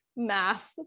mass